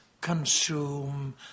consume